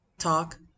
talk